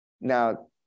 Now